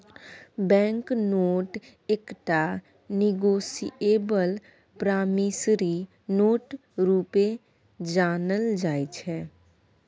bank note एकटा negotiable promissory note रुपे जानल जाइ छै